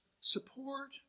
support